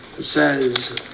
says